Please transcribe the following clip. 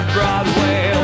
Broadway